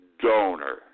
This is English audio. donor